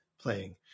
playing